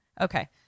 okay